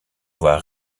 voix